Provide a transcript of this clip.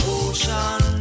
ocean